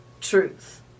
truth